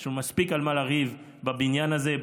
יש לנו מספיק על מה לריב בבניין הזה.